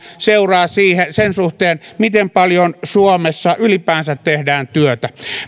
seuraa sen suhteen miten paljon suomessa ylipäänsä tehdään työtä